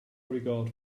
regard